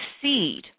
succeed